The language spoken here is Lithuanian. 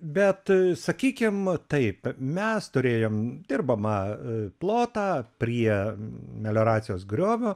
bet sakykim taip mes turėjom dirbamą plotą prie melioracijos griovio